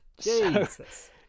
Jesus